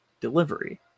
delivery